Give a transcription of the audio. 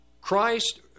Christ